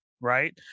right